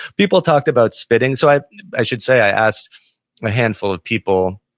people talked about spitting, so i i should say i asked a handful of people,